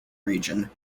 region